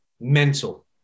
mental